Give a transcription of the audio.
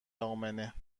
امنه